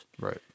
Right